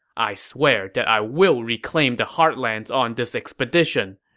i swear that i will reclaim the heartlands on this expedition.